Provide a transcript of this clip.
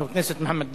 חבר הכנסת מוחמד ברכה.